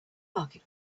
market